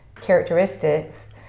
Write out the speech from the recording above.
characteristics